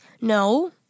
No